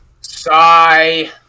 Sigh